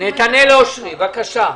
נתנאל אושרי, בבקשה.